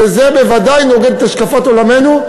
וזה בוודאי נוגד את השקפת עולמנו,